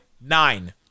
nine